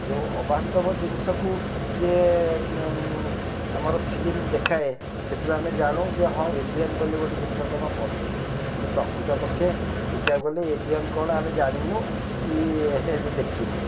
ଯେଉଁ ଅବାସ୍ତବ ଜିନିଷକୁ ସିଏ ଆମର ଫିଲ୍ମ ଦେଖାଏ ସେଥିରୁ ଆମେ ଜାଣୁ ଯେ ହଁ ଏଲିୟନ୍ ବୋଲି ଗୋଟେ ଜିନିଷ କ'ଣ ଅଛି କିନ୍ତୁ ପ୍ରକୃତ ପକ୍ଷେ ଦେଖିବାକୁ ଗଲେ ଏଲିୟନ୍ କ'ଣ ଆମେ ଜାଣିନୁ କି ଦେଖିନୁ